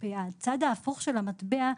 הצד ההפוך של המטבע,